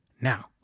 now